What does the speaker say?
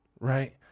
right